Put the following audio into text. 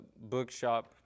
bookshop